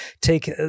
take